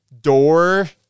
door